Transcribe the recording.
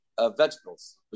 vegetables